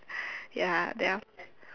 ya then after that